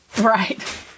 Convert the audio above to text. Right